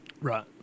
Right